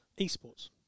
Esports